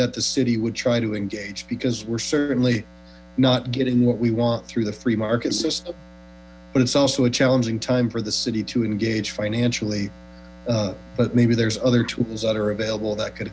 that the city would try to engage because we're certainly not getting what we want through the free market system but it's also a challenging time for the city to engage financially but maybe there's other tools that are available that could